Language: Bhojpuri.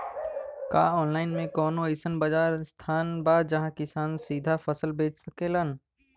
का आनलाइन मे कौनो अइसन बाजार स्थान बा जहाँ किसान सीधा फसल बेच सकेलन?